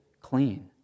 clean